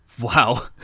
Wow